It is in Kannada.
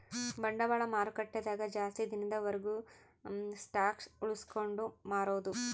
ಬಂಡವಾಳ ಮಾರುಕಟ್ಟೆ ದಾಗ ಜಾಸ್ತಿ ದಿನದ ವರ್ಗು ಸ್ಟಾಕ್ಷ್ ಉಳ್ಸ್ಕೊಂಡ್ ಮಾರೊದು